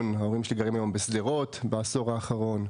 ההורים שלי גרים היום בשדרות בעשור האחרון,